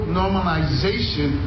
normalization